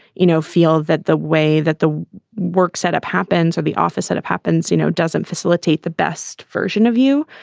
you know, feel that the way that the work setup happens at the office that happens, you know, doesn't facilitate the best version of you.